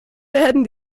werden